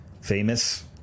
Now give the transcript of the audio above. famous